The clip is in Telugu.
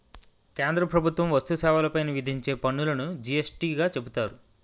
కేంద్ర ప్రభుత్వం వస్తు సేవల పైన విధించే పన్నులును జి యస్ టీ గా చెబుతారు